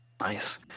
Nice